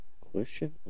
Question